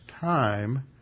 time